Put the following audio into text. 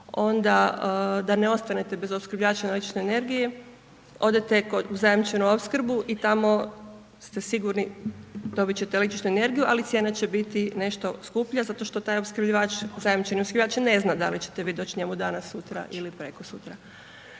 onda da ne ostanete bez opskrbljivača električne energije, odete kod zajamčenu opskrbu i tamo ste sigurni, dobit ćete električnu energiju, ali cijena će biti nešto skuplja zato što taj opskrbljivač, zajamčeni opskrbljivač ne zna da li ćete vi doći njenu danas, sutra ili prekosutra.